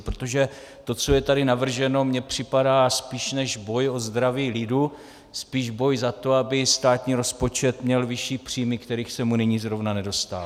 Protože to, co je tady navrženo, mně připadá spíš než boj o zdraví lidu jako spíš boj za to, aby státní rozpočet měl vyšší příjmy, kterých se mu nyní zrovna nedostává.